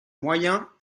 moyens